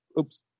oops